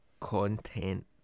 content